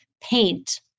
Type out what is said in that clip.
paint